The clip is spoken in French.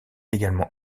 également